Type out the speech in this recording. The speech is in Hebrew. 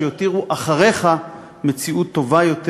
שיותירו אחריך מציאות טובה יותר